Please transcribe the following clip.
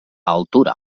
altura